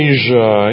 Asia